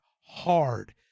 hard